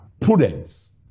prudence